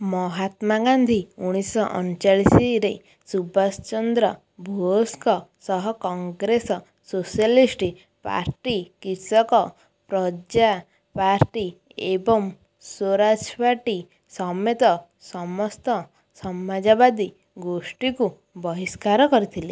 ମହାତ୍ମା ଗାନ୍ଧୀ ଉଣେଇଶ ଶହ ଅଣଚାଳିଶରେ ସୁଭାଷ ଚନ୍ଦ୍ର ବୋଷଙ୍କ ସହ Congress Socialist Party Krishak Praja Party ଏବଂ ସ୍ୱରାଜ ପାର୍ଟି ସମେତ ସମସ୍ତ ସମାଜବାଦୀ ଗୋଷ୍ଠୀକୁ ବହିଷ୍କାର କରିଥିଲେ